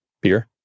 beer